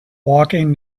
walking